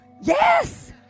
Yes